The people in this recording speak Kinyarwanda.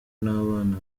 n’abana